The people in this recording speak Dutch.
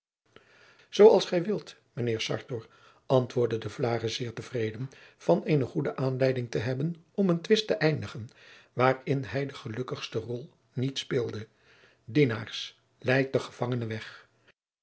zoo als gij wilt mijnheer sartor antwoordde de vlaere zeer te vreden van eene goede aanleiding te hebben om een twist te eindigen waarin hij de gelukkigste rol niet speelde dienaars leidt den gevangene weg